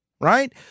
right